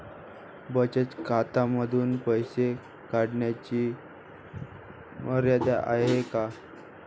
बचत खात्यांमधून पैसे काढण्याची मर्यादा आहे का?